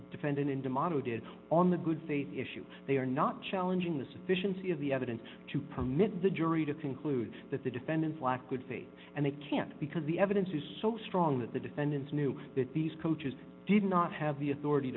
defendant in d'amato did on the good faith issue they are not challenging the sufficiency of the evidence to permit the jury to conclude that the defendants lack good faith and they can't because the evidence is so strong that the defendants knew that these coaches did not have the authority